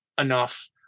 enough